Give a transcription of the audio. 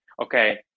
Okay